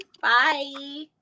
Bye